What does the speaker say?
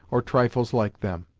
or trifles like them.